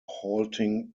halting